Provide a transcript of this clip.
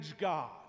God